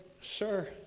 sir